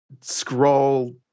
scroll